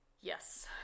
Yes